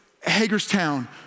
Hagerstown